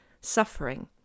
suffering